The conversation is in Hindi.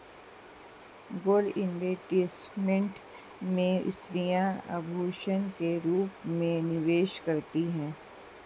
गोल्ड इन्वेस्टमेंट में स्त्रियां आभूषण के रूप में निवेश करती हैं